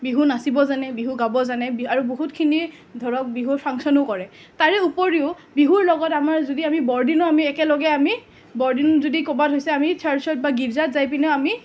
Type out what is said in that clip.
বিহু নাচিব জানে বিহু গাব জানে আৰু বহুতখিনি ধৰক বিহু ফাংচনো কৰে তাৰে উপৰিও বিহুৰ লগত আমাৰ যদি আমি বৰদিনো আমি একেলগে আমি বৰদিন যদি ক'ৰবাত হৈছে আমি চাৰ্ছত বা গীৰ্জাত যাই পিনেও আমি